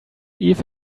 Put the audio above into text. eve